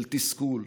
של תסכול,